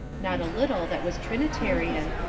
not a little that was trinitarian,